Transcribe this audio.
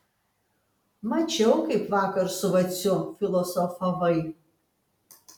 mačiau kaip vakar su vaciu filosofavai